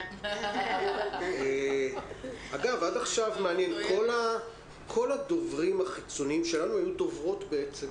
מעניין שעד עכשיו כל הדוברים החיצוניים היו דוברות בעצם.